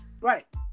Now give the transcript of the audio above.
Right